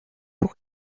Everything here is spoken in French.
pour